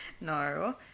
no